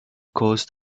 caused